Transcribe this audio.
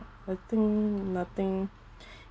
I think nothing